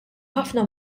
ħafna